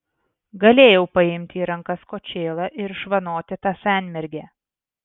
galėjau paimti į rankas kočėlą ir išvanoti tą senmergę